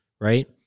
right